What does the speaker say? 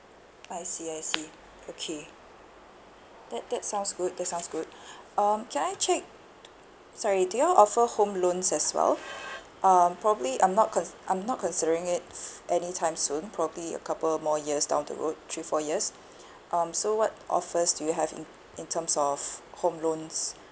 I see I see okay that that sounds good that sounds good um can I check sorry do you all offer home loans as well um probably I'm not con~ I'm not considering it any time soon probably a couple more years down the road three four years um so what offers do you have in in terms of home loans